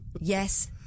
Yes